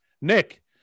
Nick